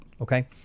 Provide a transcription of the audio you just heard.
Okay